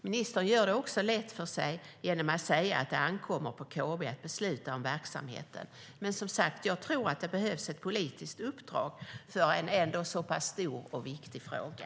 Ministern gör det också lätt för sig genom att säga att det ankommer på KB att besluta om verksamheten. Men jag tror som sagt att det behövs ett politiskt uppdrag för en så pass stor och viktig fråga.